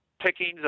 pickings